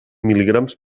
mil·ligrams